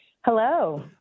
Hello